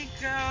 girl